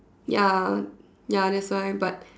ya ya that's very but